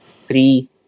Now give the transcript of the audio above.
three